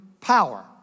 power